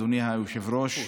אדוני היושב-ראש,